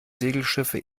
segelschiffe